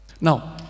Now